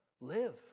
Live